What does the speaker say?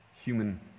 human